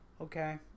Okay